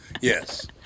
yes